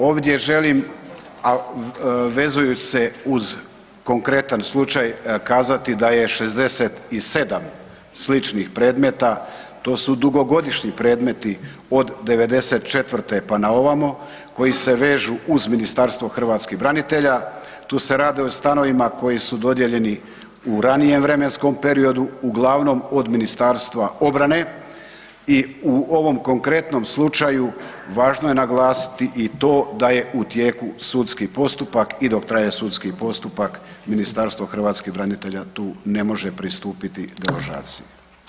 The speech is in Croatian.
Ovdje želim a vezujuć se uz konkretan slučaj, kazati da je 67 sličnih predmeta, to su dugogodišnji predmet od '94. pa na ovamo koji se vežu uz Ministarstvo hrvatskih branitelja, tu se radi o stanovima koji su dodijeljeni u ranijem vremenskom periodu, uglavnom od Ministarstva obrane i u ovom konkretnom slučaju važno je naglasiti i to da je u tijeku sudski postupak i dok traje sudski postupak, Ministarstvo hrvatskih branitelja tu ne može pristupiti deložaciji.